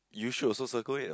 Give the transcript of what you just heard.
you should also circle it what